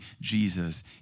Jesus